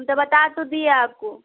हम तो बता तो दिए आपको